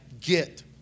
get